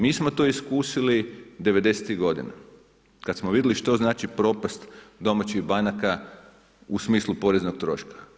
Mi smo to iskusili '90.-ih godina kad smo vidjeli što znači propast domaćih banaka u smislu poreznog troška.